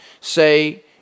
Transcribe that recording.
Say